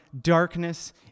darkness